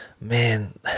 Man